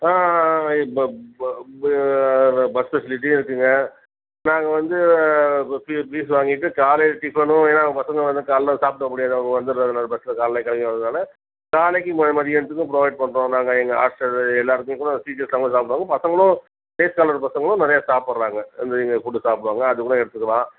ஆ ஆ ஆ இப்போ இப்போ பஸ் ஃபெசிலிட்டியும் இருக்குதுங்க நாங்கள் வந்து இப்போ ஃபீஸ் ஃபீஸ் வாங்கிட்டு காலையில் டிஃபனும் ஏனால் பசங்க வந்து காலைல சாப்பிட முடியாது அவங்க வந்துடுறதுனால பஸ்ஸில் காலைலே கிளம்பி வந்துடுறனால காலைக்கும் மதியானத்துக்கு ப்ரொவைட் பண்ணுறோம் நாங்கள் எங்கள் ஹாஸ்டல் எல்லாருக்கும் கூட டீச்சர்ஸ்லாம் கூட சாப்பிடுவாங்க பசங்களும் டேஸ்காலர் பசங்களும் நிறையா சாப்பிட்றாங்க அந்த எங்கள் ஃபுட்டு சாப்பிடுவாங்க அது கூட எடுத்துக்கலாம்